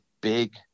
big